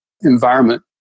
environment